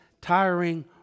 tiring